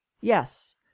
Yes